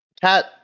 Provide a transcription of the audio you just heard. Cat